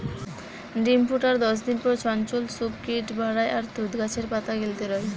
ডিম ফুটার দশদিন পর চঞ্চল শুক কিট বারায় আর তুত গাছের পাতা গিলতে রয়